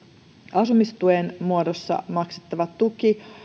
asumistuen muodossa maksettava tuki